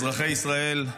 אזרחי ישראל,